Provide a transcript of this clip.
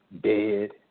dead